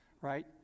Right